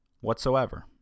Whatsoever